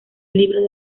libro